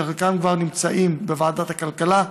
שחלקם כבר נמצאים בוועדת הכלכלה,